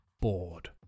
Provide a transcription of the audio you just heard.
bored